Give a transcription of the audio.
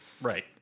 Right